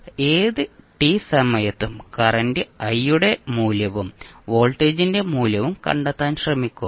അതിനാൽ ഏത് t സമയത്തും കറന്റ് i യുടെ മൂല്യവും വോൾട്ടേജിന്റെ മൂല്യവും കണ്ടെത്താൻ ശ്രമിക്കാം